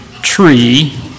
tree